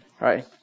Right